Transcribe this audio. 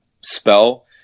spell